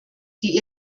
die